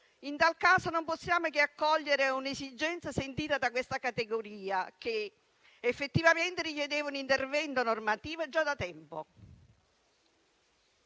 in tal caso non possiamo che accogliere un'esigenza sentita da questa categoria, che effettivamente richiedeva un intervento normativo già da tempo.